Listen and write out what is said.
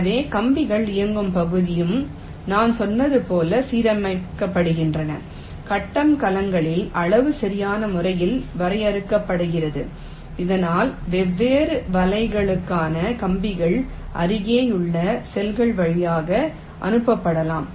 எனவே கம்பிகள் இயங்கும் பகுதியும் நான் சொன்னது போல் சீரமைக்கப்படுகின்றன கட்டம் கலங்களின் அளவு சரியான முறையில் வரையறுக்கப்படுகிறது இதனால் வெவ்வேறு வலைகளுக்கான கம்பிகள் அருகிலுள்ள செல்கள் வழியாக அனுப்பப்படலாம்